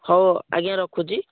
ହଉ ଆଜ୍ଞା ରଖୁଛି